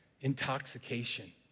intoxication